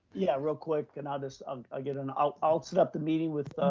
yeah, real quick and i'll just um ah get an. i'll i'll set up the meeting with